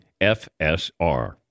FSR